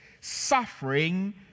suffering